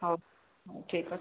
ହଉ ଠିକ୍ ଅଛି